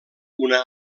una